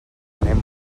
anem